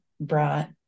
brought